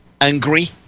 angry